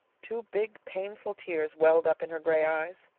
two big, painful tears welled up in her gray eyes.